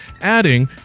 adding